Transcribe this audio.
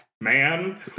man